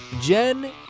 Jen